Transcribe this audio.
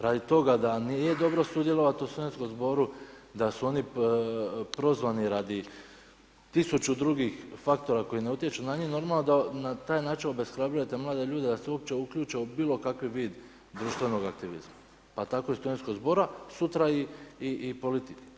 Radi toga da nije dobro sudjelovati u studentskom zboru, da su oni prozvani radi tisuću drugih faktora koji ne utječu na njih, normalno da na taj način obeshrabljujete mlade ljude da se uopće uključe u bilo kakav vid društvenog aktivizma, pa tako i studentskog zbora, sutra i politike.